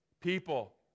people